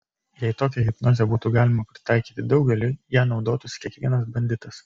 jei tokią hipnozę būtų galima pritaikyti daugeliui ja naudotųsi kiekvienas banditas